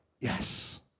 yes